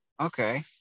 Okay